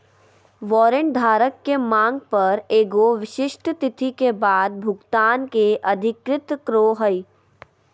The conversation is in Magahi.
वारंट धारक के मांग पर एगो विशिष्ट तिथि के बाद भुगतान के अधिकृत करो हइ